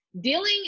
Dealing